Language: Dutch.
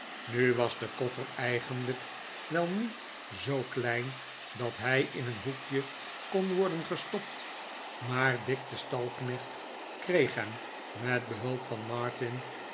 nu was de koffer eigenlijk wel niet zoo klein dat hij in een hoekje kon worden gestopt maar dick de stalknecht kreeg hem met behulp van martin